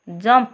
jump